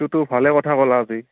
সেইটোতো ভালে কথা ক'লা আজি